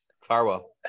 Farwell